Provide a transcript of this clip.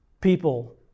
people